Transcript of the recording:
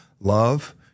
love